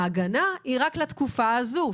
ההגנה היא רק לתקופה הזאת,